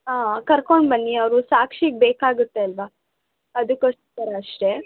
ಹಾಂ ಕರ್ಕೊಂಡು ಬನ್ನಿ ಅವರು ಸಾಕ್ಷಿಗೆ ಬೇಕಾಗುತ್ತೆ ಅಲ್ವಾ ಅದಕ್ಕೋಸ್ಕರ ಅಷ್ಟೇ